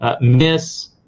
miss